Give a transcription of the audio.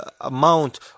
amount